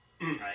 Right